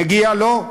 מגיע לו,